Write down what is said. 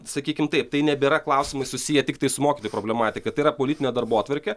sakykim taip tai nebėra klausimai susiję tiktai su mokytojų problematika tai yra politinė darbotvarkė